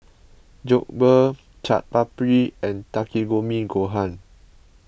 Jokbal Chaat Papri and Takikomi Gohan